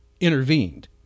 intervened